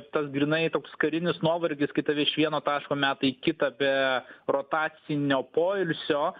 tas grynai toks karinis nuovargis kai tave iš vieno taško meta į kitą be rotacinio poilsio